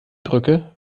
brücke